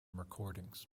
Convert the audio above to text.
recordings